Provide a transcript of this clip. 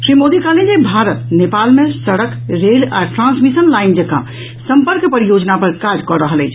श्री मोदी कहलनि जे भारत नेपाल मे सड़क रेल आ ट्रांसमिशन लाइन जकाँ सम्पर्क परियोजना पर काज कऽ रहल अछि